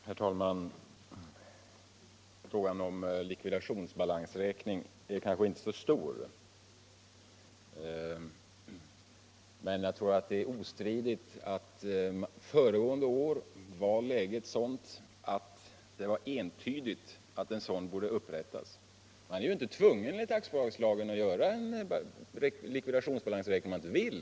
Herr talman! Frågan om likvidationsbalansräkning är kanske inte så stor, men jag tror det är ostridigt att föregående år var läget sådant att likvidationsbalansräkning borde upprättas. Man är ju inte tvungen enligt aktiebolagslagen att göra en likvidationsbalansräkning om man inte vill.